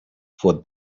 for